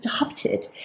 adopted